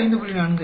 8 5